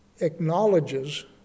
acknowledges